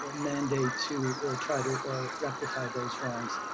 ah mandate to try to rectify those wrongs.